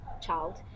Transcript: child